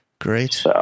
Great